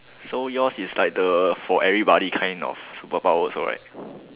so yours is like the for everybody kind of superpower also right